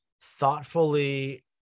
thoughtfully